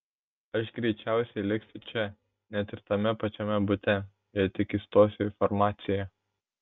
aš greičiausiai liksiu čia net ir tame pačiame bute jei tik įstosiu į farmaciją